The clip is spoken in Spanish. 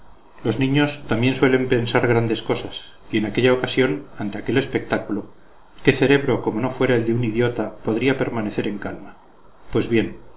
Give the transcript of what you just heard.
los niños también suelen pensar grandes cosas y en aquella ocasión ante aquel espectáculo qué cerebro como no fuera el de un idiota podría permanecer en calma pues bien